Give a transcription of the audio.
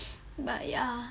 but ya